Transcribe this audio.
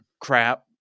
crap